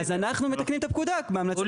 אז אנחנו מתקנים את הפקודה --- הוא